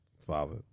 father